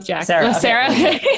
Sarah